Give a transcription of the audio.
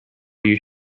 you